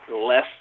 less